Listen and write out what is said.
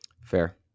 Fair